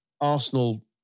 Arsenal